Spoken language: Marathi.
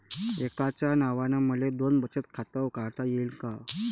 एकाच नावानं मले दोन बचत खातं काढता येईन का?